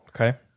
okay